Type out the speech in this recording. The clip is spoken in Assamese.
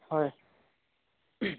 হয়